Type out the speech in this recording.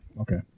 okay